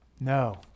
No